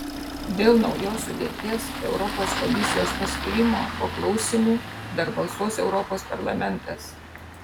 dėl naujos sudėties europos komisijos paskyrimo po klausymų dar balsuos europos parlamentas